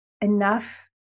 enough